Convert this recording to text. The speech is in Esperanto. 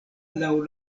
laŭ